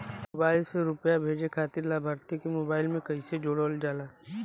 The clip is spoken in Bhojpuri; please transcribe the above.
मोबाइल से रूपया भेजे खातिर लाभार्थी के मोबाइल मे कईसे जोड़ल जाला?